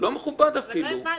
לא מכובד אפילו.